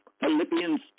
Philippians